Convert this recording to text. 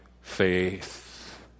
faith